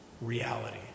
reality